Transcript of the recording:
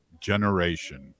generation